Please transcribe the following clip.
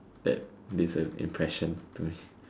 that leaves an impression to me